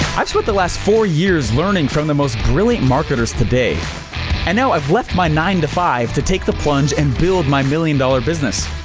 i've spent the last four years learning from the most brilliant marketers today and now i've left my nine to five to take the plunge and build my million dollar business.